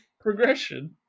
Progression